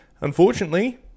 unfortunately